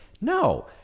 no